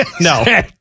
No